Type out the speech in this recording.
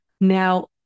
Now